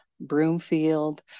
Broomfield